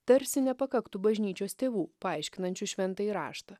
tarsi nepakaktų bažnyčios tėvų paaiškinančių šventąjį raštą